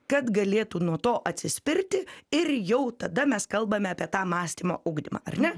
kad galėtų nuo to atsispirti ir jau tada mes kalbame apie tą mąstymo ugdymą ar ne